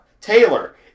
Taylor